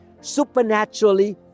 supernaturally